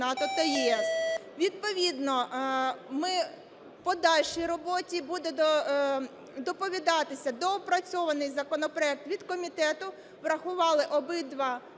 Відповідно ми, у подальшій роботі буде доповідатися доопрацьований законопроект від комітету, врахували обидва